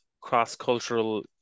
cross-cultural